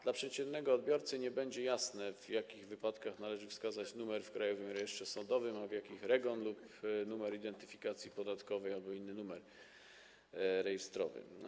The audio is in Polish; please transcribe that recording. Dla przeciętnego odbiorcy nie będzie jasne, w jakich wypadkach należy wskazać numer w Krajowym Rejestrze Sądowym, a w jakich - numer REGON lub numer identyfikacji podatkowej albo inny numer rejestrowy.